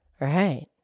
Right